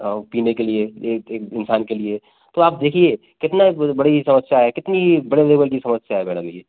पीने के लिए एक एक इंसान के लिए तो आप देखिए कितना ब बड़ी समस्या है कितनी बड़े लेवल की समस्या है मैडम ये